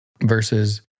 versus